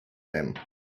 them